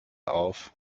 auf